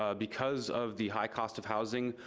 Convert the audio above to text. ah because of the high cost of housing,